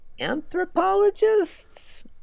anthropologists